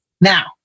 Now